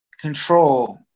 control